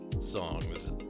songs